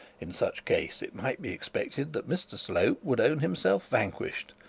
in such case it might be expected that mr slope would own himself vanquished,